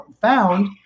found